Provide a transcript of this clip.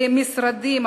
למשרדים,